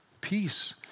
peace